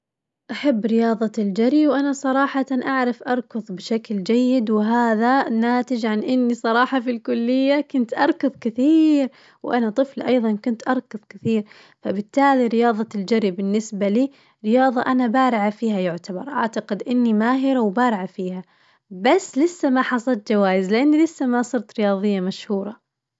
أحب رياظة الجري وأنا صراحةً أعرف أركظ بشكل جيد وهذا ناتج عن إني صراحة في الكلية كنت أركظ كثير وأنا طفلة أيظاً كنت أركظ كثير، فبالتالي رياظة الجري بالنسبة لي رياظة أنا بارعة فيها يعتبر، أعتقد إني ماهرة وبارعة فيها بس لسة ما حصدت جوايز لأني لسة ما صرت رياظية مشهورة